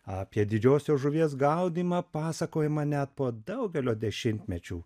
apie didžiosios žuvies gaudymą pasakojama net po daugelio dešimtmečių